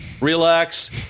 Relax